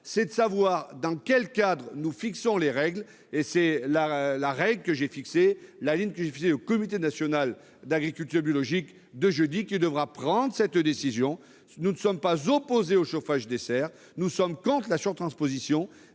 est de savoir dans quel cadre nous fixons les règles. C'est la ligne que j'ai fixée au Comité national de l'agriculture biologique, qui devra prendre une décision jeudi. Nous ne sommes pas opposés au chauffage des serres. Nous sommes contre la surtransposition